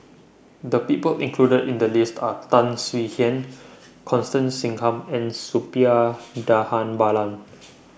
The People included in The list Are Tan Swie Hian Constance Singam and Suppiah Dhanabalan